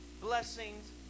blessings